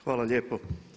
Hvala lijepo.